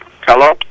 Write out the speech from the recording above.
Hello